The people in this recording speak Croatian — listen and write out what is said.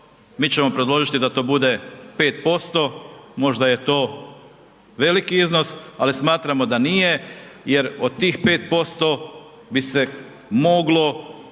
mi ćemo predložiti da to bude 5%, možda je to veliki iznos, ali smatramo da nije jer od tih 5% bi se moglo